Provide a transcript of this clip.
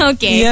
Okay